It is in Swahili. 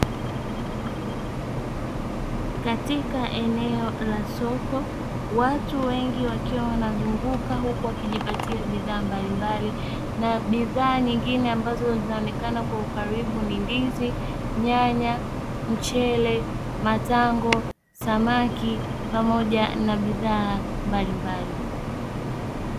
Katika eneo la soko watu wengi wakizunguka wakijipatia bidhaa mbalimbali na bidhaa nyingine ambazo zinaonekana kwa ukaribu ni ndizi, nyanya, mchele, samaki pamoja na bidhaa mbalimbali.